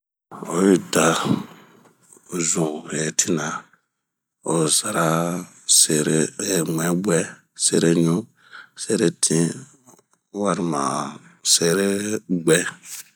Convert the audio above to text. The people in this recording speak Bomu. oyida zunhe tina, osara sere eh mumwɛn gwɛ, sereɲu ,seretin, walma sere bwɛɛ